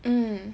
hmm